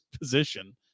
position